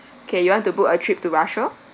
okay you want to book a trip to russia